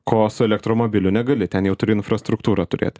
ko su elektromobiliu negali ten jau turi infrastruktūrą turėt